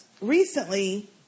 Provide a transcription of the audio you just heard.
recently